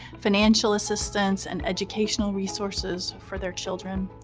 financial assistance, and educational resources for their children.